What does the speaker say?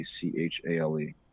c-h-a-l-e